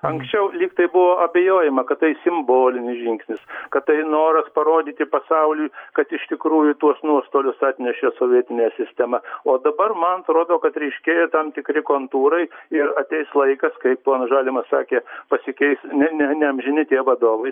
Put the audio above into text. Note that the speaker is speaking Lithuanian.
anksčiau lyg tai buvo abejojama kad tai simbolinis žingsnis kad tai noras parodyti pasauliui kad iš tikrųjų tuos nuostolius atnešė sovietinė sistema o dabar man atrodo kad ryškėja tam tikri kontūrai ir ateis laikas kaip ponas žalimas sakė pasikeis ne ne ne amžini tie vadovai